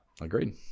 Agreed